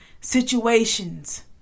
situations